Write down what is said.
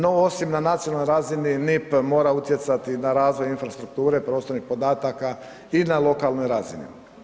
No osim na nacionalnoj razini NIP mora utjecati na razvoj infrastrukture prostornih podataka i na lokalnoj razini.